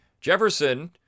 Jefferson